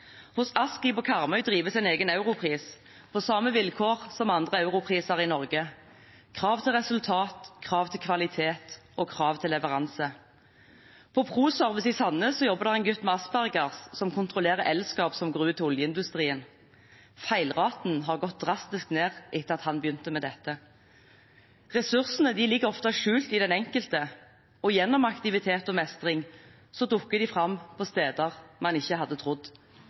Hos Aski på Karmøy drives en egen Europris, på samme vilkår som andre Europris-butikker i Norge. Det er krav til resultater, krav til kvalitet og krav til leveranse. På Pro-Service i Sandnes jobber en gutt med Asperger syndrom som kontrollerer elskap som skal ut til oljeindustrien. Feilraten har gått drastisk ned etter at han begynte med dette. Ressursene ligger ofte skjult i den enkelte, og gjennom aktivitet og mestring dukker de fram på steder man ikke hadde trodd.